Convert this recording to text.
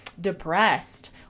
depressed